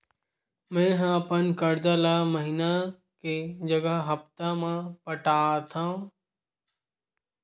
मेंहा अपन कर्जा ला महीना के जगह हप्ता मा पटात हव